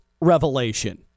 revelation